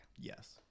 Yes